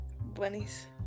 bunnies